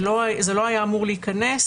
זה לא היה אמור להיכנס.